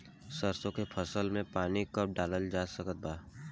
सरसों के फसल में पानी कब डालल जा सकत बा?